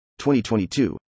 2022